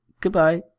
Goodbye